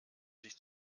sich